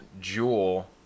jewel